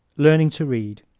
learning to read